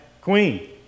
queen